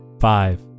Five